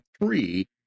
three